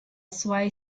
zwei